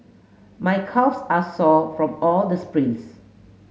my calves are sore from all the sprints